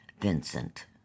Vincent